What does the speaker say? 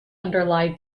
underlie